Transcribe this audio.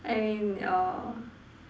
and err